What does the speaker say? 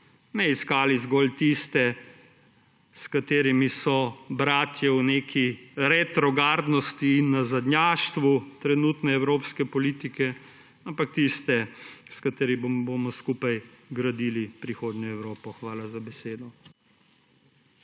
iskali ne zgolj tiste, s katerimi so bratje v neki retrogradnosti in nazadnjaštvu trenutne evropske politike, ampak tiste, s katerimi bomo skupaj gradili prihodnjo Evropo. Hvala za besedo.